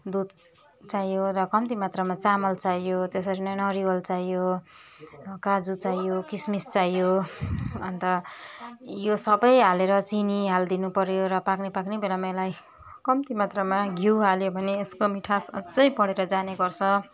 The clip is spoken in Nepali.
दुध चाहियो र कम्ती मात्रमा चामल चाहियो त्यसरी नै नरिवल चाहियो काजु चाहियो किसमिस चाहियो अन्त यो सबै हालेर चिनी हालिदिनु पऱ्यो र पाक्ने पाक्ने बेलामा यसलाई कम्ती मात्रमा घिउ हाल्यो भने यसको मिठास अझै बढेर जाने गर्छ